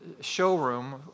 showroom